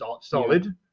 solid